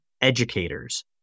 educators